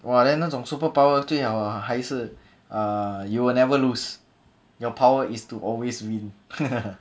!wah! then 那种 superpower 最好还是 err you will never lose your power is to always win